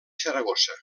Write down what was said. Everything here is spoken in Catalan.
saragossa